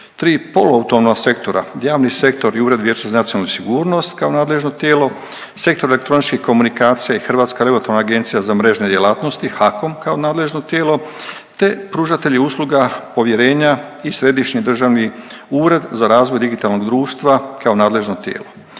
tri polu autonomna sektora – javni sektor i Ured Vijeća za nacionalnu sigurnost kao nadležno tijelo, Sektor elektroničkih komunikacija i Hrvatska regulatorna agencija za mrežne djelatnosti HAKOM kao nadležno tijelo, te pružatelji usluga povjerenja i Središnji državni ured za razvoj digitalnog društva kao nadležno tijelo.